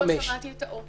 אני חושבת שאין צורך,